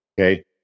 Okay